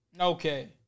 okay